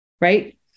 right